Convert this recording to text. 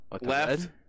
Left